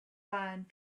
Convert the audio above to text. burned